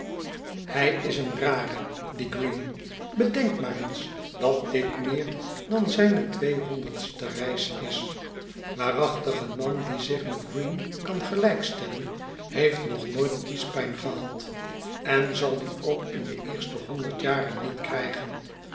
hij is een rare die green bedenk maar eens dat dit meer dan zijne tweehonderdste reis is waarachtig een man die zich met green kan gelijk stellen heeft nog nooit kiespijn gehad en zal die ook in de eerste honderd jaren niet krijgen